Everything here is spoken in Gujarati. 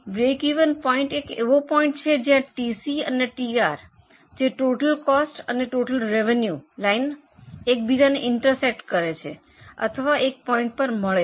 બ્રેકિવન પોઇન્ટ એ એક એવો પોઇન્ટ છે જ્યાં ટીસી અને ટીઆર જે ટોટલ કોસ્ટ અને ટોટલ રેવેન્યુ લાઇન line એક બીજાને ઇન્ટરસેક્ટ કરે છે અથવા એક પોઇન્ટ પર મળે છે